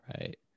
Right